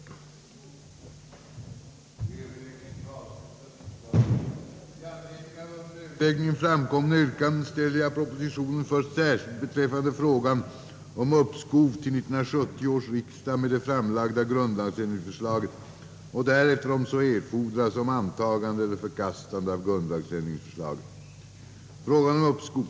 I detta utlåtande hade utskottet för riksdagen anmält, att det vid den granskning av riksdagens ombudsmäns ämbetsförvaltning under år 1968, som utskottet grundlagsenligt förehaft, icke förekommit någon anledning till anmärkning.